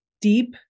deep